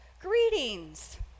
Greetings